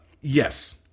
Yes